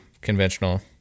conventional